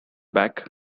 back